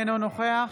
אינו נוכח